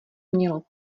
mělo